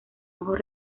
ojos